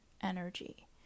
energy